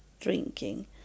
drinking